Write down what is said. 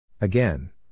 Again